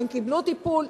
הן קיבלו טיפול,